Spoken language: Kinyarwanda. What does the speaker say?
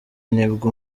nibwo